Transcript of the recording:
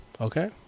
Okay